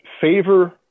favor